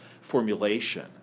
formulation